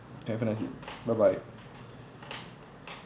have a nice day bye bye